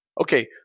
Okay